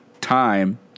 time